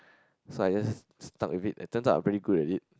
so I just stuck with it and turns out I'm pretty good at it